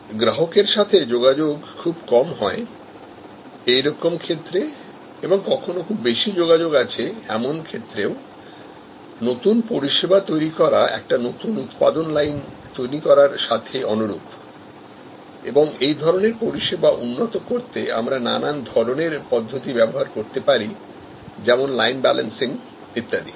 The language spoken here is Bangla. গ্রাহকের সাথে যেখানে যোগাযোগ খুব কম হয় এইরকম ক্ষেত্রে বা কখনো খুব বেশি যোগাযোগ আছে এমন ক্ষেত্রেও নতুন পরিষেবা তৈরি করা একটি নতুন উৎপাদন লাইন তৈরি করার সাথে অনুরূপ এবং এই ধরনের পরিষেবা উন্নত করতে আমরা নানান ধরনের পদ্ধতিব্যবহার করতে পারি যেমন লাইন ব্যালেন্সিং ইত্যাদি